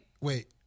Wait